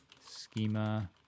schema